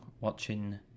watching